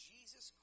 Jesus